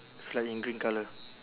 it's like in green colour